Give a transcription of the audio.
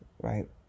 right